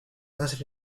más